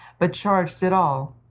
but charged it all,